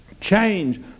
Change